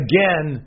Again